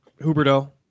Huberto